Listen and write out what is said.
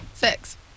Six